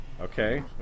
Okay